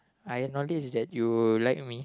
I notice that you like me